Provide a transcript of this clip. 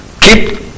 keep